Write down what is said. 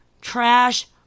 trash